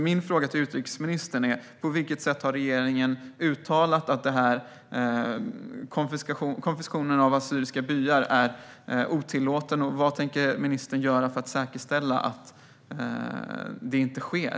Min fråga till utrikesministern är: På vilket sätt har regeringen uttalat att konfiskationen av assyriska byar är otillåten, och vad tänker ministern göra för att säkerställa att detta inte sker?